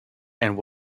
and